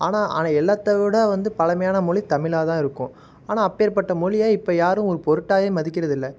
ஆனால் ஆனால் எல்லாத்தை விட வந்து பழமையான மொழி தமிழாக தான் இருக்கும் ஆனால் அப்பேற்பட்ட மொழியை இப்போ யாரும் ஒரு பொருட்டாகவே மதிக்கிறதில்லை